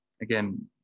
again